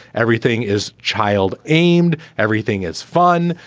everything is child amed. everything is fun.